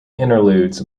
interludes